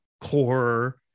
core